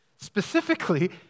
Specifically